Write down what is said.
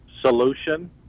solution